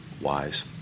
wise